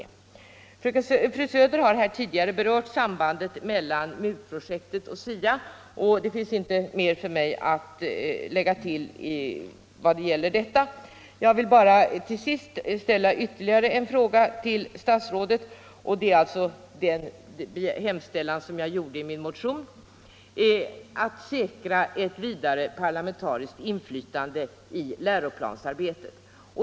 Fru Söder har tidigare berört sambandet mellan MUT-projektet och SIA, och jag har inget ytterligare att tillägga om detta. Jag vill bara till sist rikta ytterligare en fråga till statsrådet i anslutning till hemställan i min motion om att man skall säkra ett direkt parlamentariskt inflytande i läroplansarbetet.